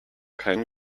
keinen